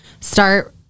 Start